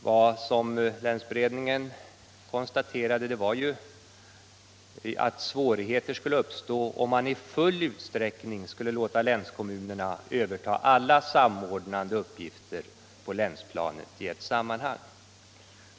Vad länsberedningen enhälligt konstaterade var ju att svårigheter skulle uppstå om man i full utsträckning skulle låta länskommunerna överta alla samordnande uppgifter på länsplanet i ett sammanhang.